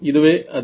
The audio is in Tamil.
இதுவே அது